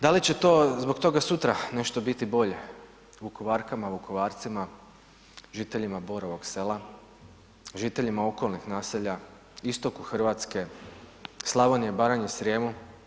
Da li će to, zbog toga sutra biti nešto biti bolje Vukovarkama, Vukovarcima, žiteljima Borovog Sela, žiteljima okolnih naselja, istoku Hrvatske, Slavonije, Baranje, Srijemu?